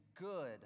good